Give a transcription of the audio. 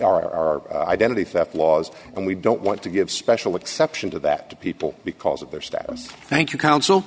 our identity theft laws and we don't want to give special exception to that to people because of their status thank you counsel